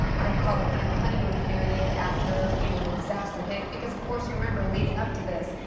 i call it kind of honeymoon period, after you know the disaster hit. because of course you remember leading up to this,